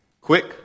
Quick